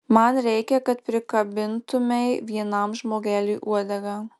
man reikia kad prikabintumei vienam žmogeliui uodegą